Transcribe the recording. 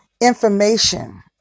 information